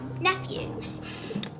nephew